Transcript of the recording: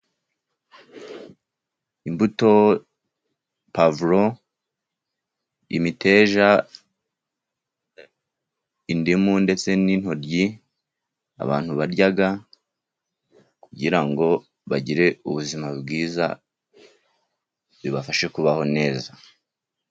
Imbuto, pwavuro, imiteja, indimu ndetse n'intoryi abantu barya kugira ngo bagire ubuzima bwiza, bibafashe kubaho neza.